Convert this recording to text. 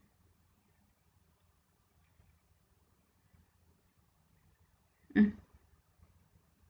mm